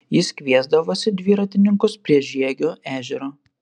jis kviesdavosi dviratininkus prie žiegio ežero